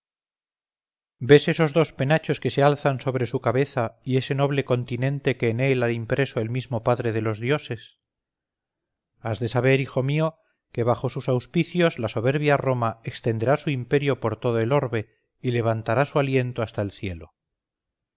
ves esos dos penachos que se alzan sobre su cabeza y ese noble continente que en él ha impreso el mismo padre de los dioses has de saber hijo mío que bajo sus auspicios la soberbia roma extenderá su imperio por todo el orbe y levantará su aliento hasta el cielo